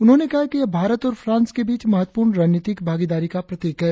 उन्होंने कहा कि यह भारत और फ्रांस के बीच महत्वपूर्ण रणनीतिक भागीदारी का प्रतीक है